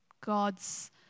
God's